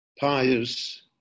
pious